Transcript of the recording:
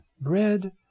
bread